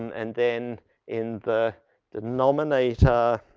and then in the denominator,